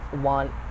want